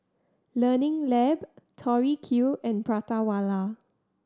Learning Lab Tori Q and Prata Wala